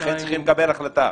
לכן צריכים לקבל החלטה,